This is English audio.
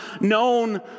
known